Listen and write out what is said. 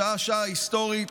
השעה, שעה היסטורית,